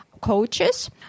coaches